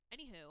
anywho